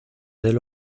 del